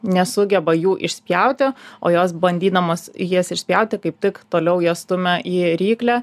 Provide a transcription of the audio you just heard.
nesugeba jų išspjauti o jos bandydamos jas išspjauti kaip tik toliau ją stumia į ryklę